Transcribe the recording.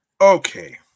okay